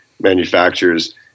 manufacturers